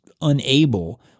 unable